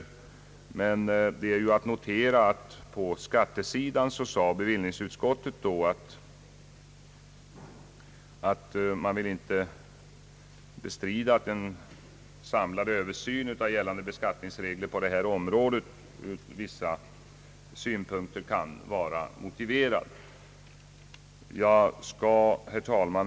Det är emellertid att notera att bevillningsutskottet beträffande skattesidan sade att utskottet inte ville bestrida att en samlad översyn av gällande beskattningsregler på detta område ur vissa synpunkter kan vara motiverad. Herr talman!